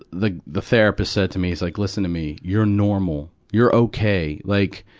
the the therapist said to me, he's like, listen to me. you're normal. you're ok. like,